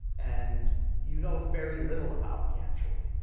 and you know very little about me actually.